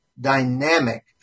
dynamic